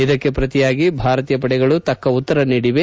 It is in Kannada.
ಇದಕ್ಕೆ ಪ್ರತಿಯಾಗಿ ಭಾರತೀಯ ಪಡೆಗಳು ತಕ್ಕ ಉತ್ತರ ನೀಡಿವೆ